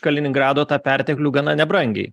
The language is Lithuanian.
kaliningrado tą perteklių gana nebrangiai